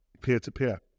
peer-to-peer